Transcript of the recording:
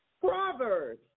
Proverbs